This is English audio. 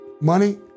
money